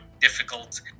difficult